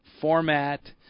format